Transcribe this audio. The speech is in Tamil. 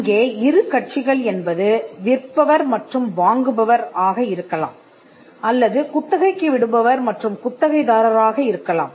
இங்கே இரு கட்சிகள் என்பது விற்பவர் மற்றும் வாங்குபவர் ஆக இருக்கலாம் அல்லது குத்தகைக்கு விடுபவர் மற்றும் குத்தகைதாரராக இருக்கலாம்